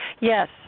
Yes